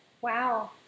Wow